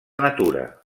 natura